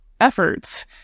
efforts